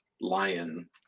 lion